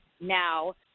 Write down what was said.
now